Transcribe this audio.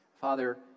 Father